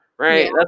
Right